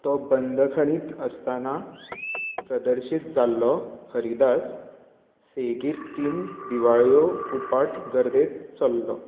तो बंदखणींत आसतना प्रदर्शीत जाल्लो हरिदास सेगीत तीन दिवाळ्यो उपाट गर्देंत चल्लो